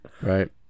Right